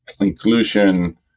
inclusion